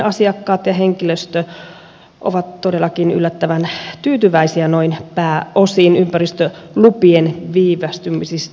asiakkaat ja henkilöstö ovat todellakin yllättävän tyytyväisiä noin pää osin ympäristö lupien viivästymisistä